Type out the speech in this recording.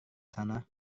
sana